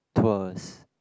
tours